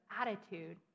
attitude